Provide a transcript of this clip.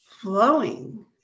flowing